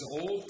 Old